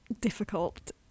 difficult